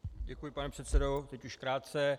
Děkuji, pane předsedo, teď už krátce.